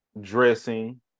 dressing